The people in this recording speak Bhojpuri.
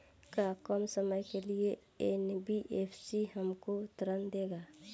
का कम समय के लिए एन.बी.एफ.सी हमको ऋण देगा?